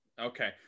Okay